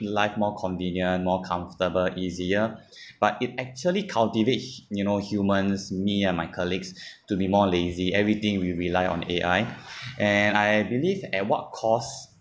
life more convenient more comfortable easier but it actually cultivates you know humans me and my colleagues to be more lazy everything we rely on A_I and I believe at what cost